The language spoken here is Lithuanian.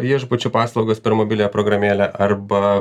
viešbučių paslaugas per mobiliąją programėlę arba